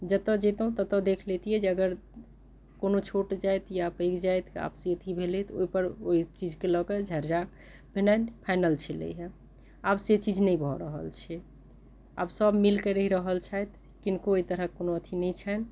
जतए जइतहुॅं ततए देख लैतियै जे अगर कोनो छोट जाइत या पैग जाइत के आपसी अथी भेलै तऽ ओहिपर ओहि चीज के लए कऽ झगड़ा भेनाइ फाइनल छलैया आब से चीज नहि भऽ रहल छै आब सब मिल कऽ रहि रहल छथि किनको एहि तरहक कोनो अथी नहि छनि